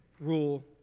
rule